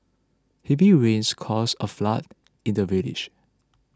heavy rains caused a flood in the village